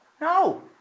No